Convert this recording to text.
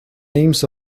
names